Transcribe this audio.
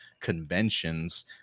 conventions